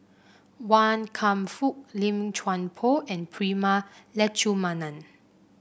Wan Kam Fook Lim Chuan Poh and Prema Letchumanan